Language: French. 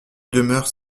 demeurent